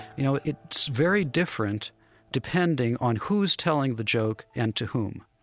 you know, it's very different depending on who's telling the joke and to whom.